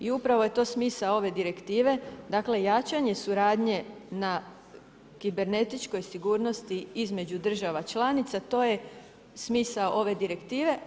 I upravo je to smisao ove direktive, dakle, jačanje suradnje na kibernetičkoj sigurnosti, između država članica, to je smisao ove direktive.